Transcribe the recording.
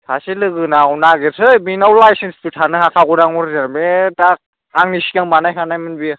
सासे लोगोनाव नागिरसै बेनाव लाइसेन्चसबो थानो हाखागौदां अरजिनेल बे दां आंनि सिगां बानायखानायमोन बेयो